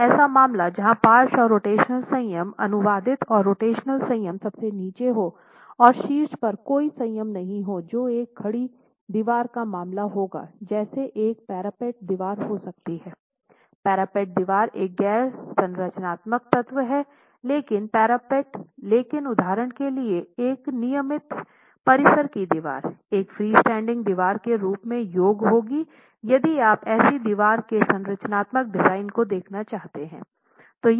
और ऐसा मामला जहां पार्श्व और रोटेशनल संयम अनुवादिक और रोटेशनल संयम सबसे नीचे हो और शीर्ष पर कोई संयम नहीं हो जो एक खड़ी दीवार का मामला होगा जैसे एक पैरापेट दीवार हो सकती है पैरापेट दीवार एक गैर संरचनात्मक तत्व है लेकिन पैरापेट लेकिन उदाहरण के लिए एक नियमित परिसर की दीवार एक फ्रीस्टैंडिंग दीवार के रूप में योग्य होगी यदि आप ऐसी दीवार के संरचनात्मक डिजाइन को देखना चाहते थे